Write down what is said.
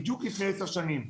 בדיוק לפני 10 שנים,